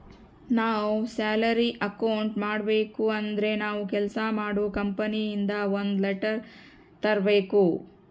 ನಾವ್ salary account ಮಾಡಬೇಕು ಅಂದ್ರೆ ನಾವು ಕೆಲ್ಸ ಮಾಡೋ ಕಂಪನಿ ಇಂದ ಒಂದ್ ಲೆಟರ್ ತರ್ಬೇಕು